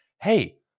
hey